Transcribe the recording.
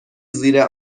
زیر